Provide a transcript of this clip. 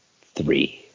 three